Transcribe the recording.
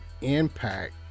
impact